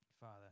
Father